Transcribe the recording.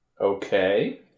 Okay